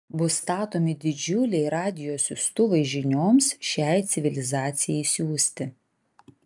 bus statomi didžiuliai radijo siųstuvai žinioms šiai civilizacijai siųsti